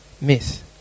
miss